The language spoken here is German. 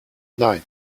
nein